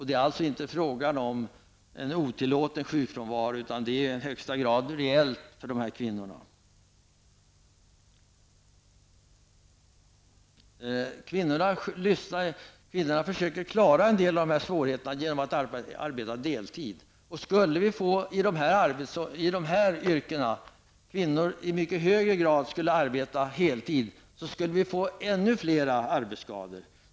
Det är alltså inte fråga om en otillåten sjukfrånvaro, utan den är i högsta grad reell för dessa kvinnor. Kvinnorna försöker klara en del av de här svårigheterna genom att arbeta deltid. Skulle kvinnorna i de här yrkena i mycket högre grad arbeta heltid, skulle vi få ännu fler arbetsskador.